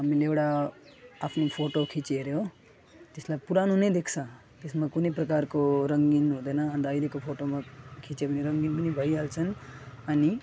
हामीले एउटा आफ्नो फोटो खिच्यो अरे हो त्यसलाई पुरानो नै देख्छ त्यसमा कुनै प्रकारको रङ्गिन हुँदैन अन्त अहिलेको फोटोमा खिच्यो भने रङ्गिन पनि भइहाल्छन् अनि